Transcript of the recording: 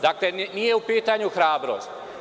Dakle, nije upitanju hrabrost.